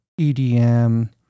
EDM